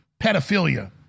pedophilia